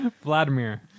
Vladimir